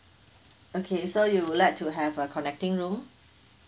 okay so you would like to have a connecting room